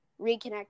reconnect